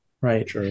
Right